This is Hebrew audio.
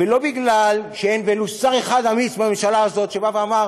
ולא מפני שאין בינינו שר אחד אמיץ בממשלה הזאת שבא ואמר: